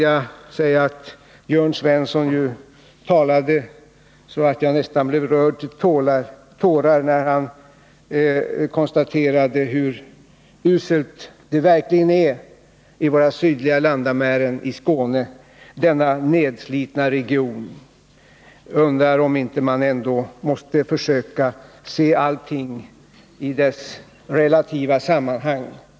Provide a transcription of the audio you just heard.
Jag blev nästan rörd till tårar när Jörn Svensson talade om hur uselt det verkligen är i våra sydliga landamären — i Skåne, denna nedslitna region — men jag undrar om man inte ändå måste försöka se allting i dess relativa sammanhang.